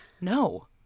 No